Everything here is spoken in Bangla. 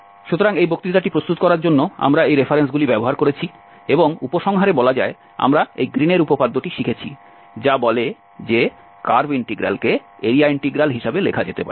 সুতরাং এই বক্তৃতাটি প্রস্তুত করার জন্য আমরা এই রেফারেন্সগুলি ব্যবহার করেছি এবং উপসংহারে বলা যায় আমরা এই গ্রীনের উপপাদ্যটি শিখেছি যা বলে যে কার্ভ ইন্টিগ্রালকে এরিয়া ইন্টিগ্রাল হিসাবে লেখা যেতে পারে